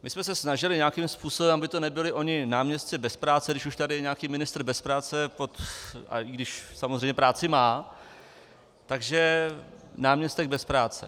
My jsme se snažili nějakým způsobem, aby to nebyli oni náměstci bez práce, když už tady nějaký ministr bez práce a i když samozřejmě práci má takže náměstek bez práce.